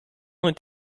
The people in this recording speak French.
n’est